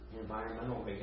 environmental